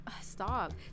stop